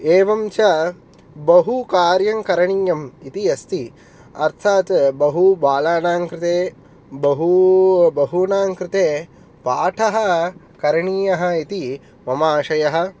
एवञ्च बहुकार्यं करणीयम् इति अस्ति अर्थात् बहु बालानां कृते बहु बहूणां कृते पाठः करणीयः इति मम आशयः